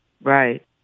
Right